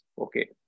Okay